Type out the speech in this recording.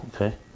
okay